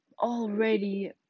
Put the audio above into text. already